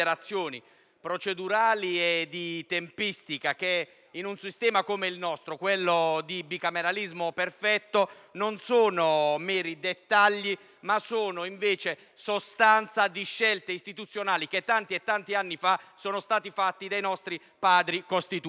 procedurali e di tempistica che, in un sistema come il nostro, quello del bicameralismo perfetto sono non meri dettagli ma sostanza di scelte istituzionali che tanti anni fa sono state fatte dai nostri Padri costituenti.